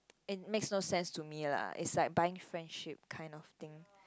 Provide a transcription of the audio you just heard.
and make no sense to me lah is like buying friendship kind of thing